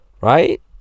right